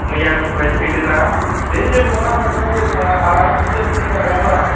मैयानिफ्राय हैदों ना दे जेबो नङा मोननो जेबो नङा आरामसे सिनथा खालामनो नाङा